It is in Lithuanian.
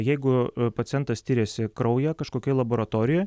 jeigu pacientas tiriasi kraują kažkokioj laboratorijoj